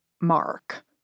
Mark